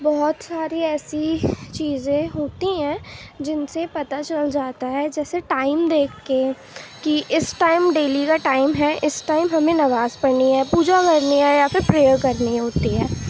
بہت ساری ایسی چیزیں ہوتی ہیں جن سے پتہ چل جاتا ہے جیسے ٹائم دیکھ کے کہ اس ٹائم ڈیلی کا ٹائم ہے اس ٹائم ہمیں نماز پڑھنی ہے پوجا کرنی ہے یا پھر پریئر کرنی ہوتی ہے